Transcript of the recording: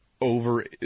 over